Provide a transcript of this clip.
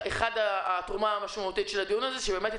התרומה המשמעותית של הדיון הזה שאתמול